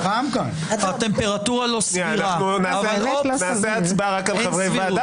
חברת הכנסת מרב מיכאלי,